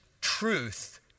truth